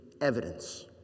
evidence